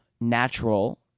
natural